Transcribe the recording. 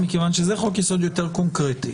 מכיוון שזה חוק-יסוד יותר קונקרטי,